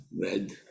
red